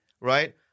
right